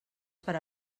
per